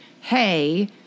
hey